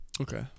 Okay